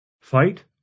Fight